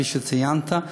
כפי שציינת,